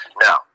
Now